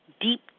deep